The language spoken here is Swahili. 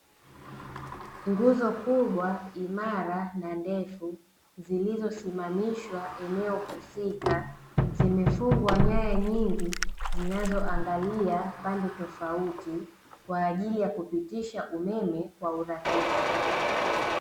Nguzo kubwa imara na ndefu zilizosimamishwa eneo husika zimefungwa nyaya nyingi zinazoangalia pande tofauti kwa ajili ya kupitisha umeme kwa urahisi.